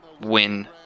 win